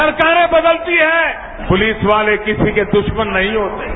सरकारे बदलती है पुलिस वाले किसी के दुश्मन नहीं होते हैं